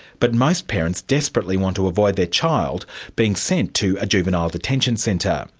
but most parents desperately want to avoid their child being sent to a juvenile detention centre.